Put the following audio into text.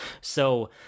So-